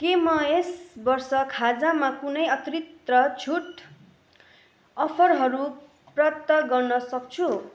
के म यस वर्ष खाजामा कुनै अतिरिक्त छुट अफरहरू प्राप्त गर्न सक्छु